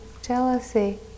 jealousy